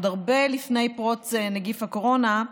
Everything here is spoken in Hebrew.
עוד הרבה לפני פרוץ מגפת הקורונה,